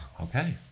Okay